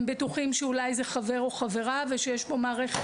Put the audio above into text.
הם בטוחים שאולי זה חבר או חברה ושיש פה מערכת